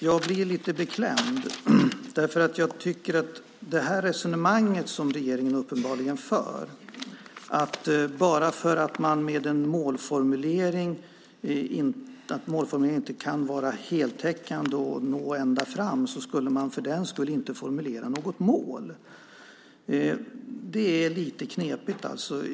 Jag blir lite beklämd över det resonemang som regeringen uppenbarligen för, alltså att bara för att en målformulering inte kan vara heltäckande och nå ända fram ska man inte formulera något mål. Det här är lite knepigt.